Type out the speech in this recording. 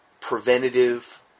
preventative